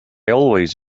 always